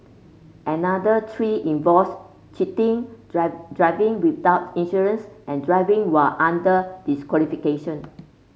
another three involves cheating driving without insurance and driving while under disqualification